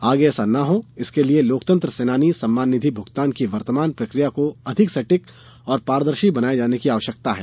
आगे ऐसा न हो इसके लिए लोकतंत्र सेनानी सम्मान निधि भुगतान की वर्तमान प्रक्रिया को अधिक सटीक और पारदर्शी बनाये जाने की आवश्यकता है